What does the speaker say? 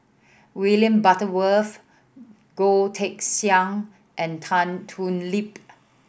William Butterworth Goh Teck Sian and Tan Thoon Lip